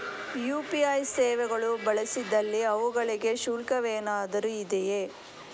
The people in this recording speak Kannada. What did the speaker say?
ಯು.ಪಿ.ಐ ಸೇವೆಗಳು ಬಳಸಿದಲ್ಲಿ ಅವುಗಳಿಗೆ ಶುಲ್ಕವೇನಾದರೂ ಇದೆಯೇ?